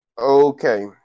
Okay